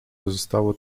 pozostało